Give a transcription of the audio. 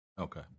okay